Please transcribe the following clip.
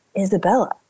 isabella